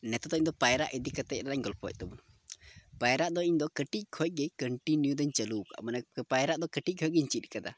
ᱱᱤᱛᱚᱜ ᱫᱚ ᱤᱧ ᱫᱚ ᱯᱟᱭᱨᱟᱜ ᱤᱫᱤ ᱠᱟᱛᱮᱫ ᱨᱮᱭᱟᱧ ᱜᱚᱞᱯᱚᱭᱮᱫ ᱛᱟᱵᱚᱱᱟ ᱯᱟᱭᱨᱟᱜ ᱤᱧ ᱫᱚ ᱠᱟᱹᱴᱤᱡ ᱠᱷᱚᱡ ᱜᱮ ᱠᱚᱱᱴᱤᱱᱤᱭᱩ ᱫᱚᱧ ᱪᱟᱹᱞᱩ ᱠᱟᱫᱟ ᱢᱟᱱᱮ ᱯᱟᱭᱨᱟᱜ ᱫᱚ ᱠᱟᱹᱴᱤᱡ ᱠᱷᱚᱱ ᱜᱮᱧ ᱪᱮᱫ ᱠᱟᱫᱟ